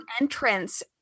entrance